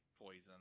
poison